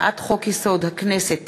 הצעת חוק-יסוד: הכנסת (תיקון,